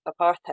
apartheid